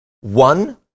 one